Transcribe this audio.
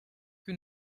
que